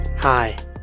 Hi